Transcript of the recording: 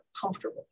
comfortable